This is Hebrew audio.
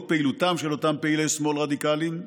פעילותם של אותם פעילי שמאל רדיקליים,